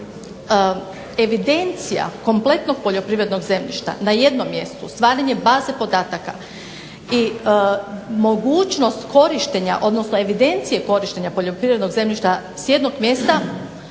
Evidencija kompletnog poljoprivrednog zemljišta na jednom mjestu, stvaranje baze podataka i mogućnost korištenja, odnosno evidencije korištenja poljoprivrednog zemljišta s jednog mjesta